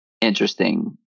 interesting